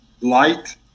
light